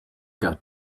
got